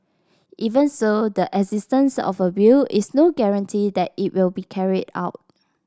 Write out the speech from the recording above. even so the existence of a will is no guarantee that it will be carried out